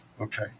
Okay